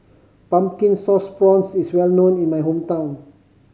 Pumpkin Sauce Prawns is well known in my hometown